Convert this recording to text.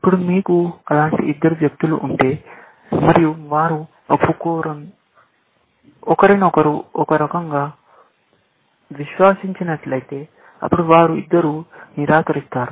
ఇప్పుడు మీకు అలాంటి ఇద్దరు వ్యక్తులు ఉంటే మరియు వారు ఒకరినొకరు ఒకరకంగా విశ్వసించి నట్లయితే అప్పుడు వారు ఇద్దరూ నిరాకరిస్తారు